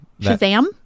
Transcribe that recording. Shazam